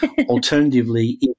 alternatively